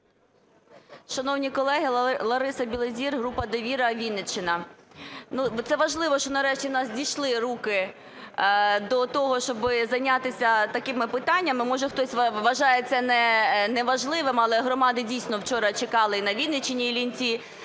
Шановні колеги! Лариса Білозір, група "Довіра", Вінниччина. Це важливо, що нарешті у нас дійшли руки до того, щоб зайнятися такими питаннями. Може, хтось вважає це неважливим, але громади дійсно вчора чекали і на Вінниччині (Іллінці)